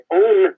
own